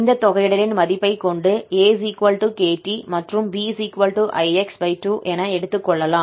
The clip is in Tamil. இந்த தொகையிடலின் மதிப்பைக் கொண்டு 𝑎 𝑘𝑡 மற்றும் b ix2 என எடுத்துக்கொள்ளலாம்